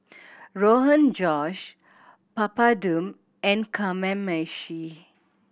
Rogan Josh Papadum and Kamameshi